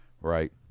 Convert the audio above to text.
right